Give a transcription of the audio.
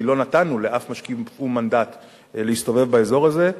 כי לא נתנו לאף משקיף או"ם מנדט להסתובב באזור הזה.